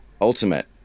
ultimate